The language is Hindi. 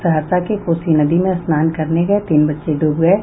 सहरसा के कोसी नदी में स्नान करने गये तीन बच्चे ड्रूब गये